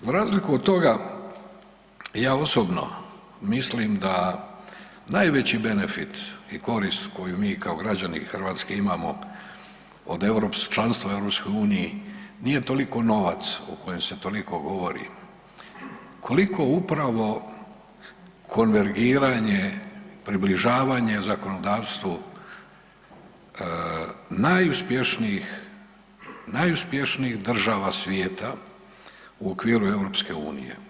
Za razliku od toga ja osobno mislim da najveći benefit i korist koju mi kao građani Hrvatske imamo od članstva u EU nije toliko novac o kojem se toliko govori koliko upravo konvergiranje, približavanje zakonodavstvu najuspješnijih država svijeta u okviru EU.